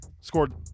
scored